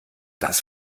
das